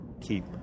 keep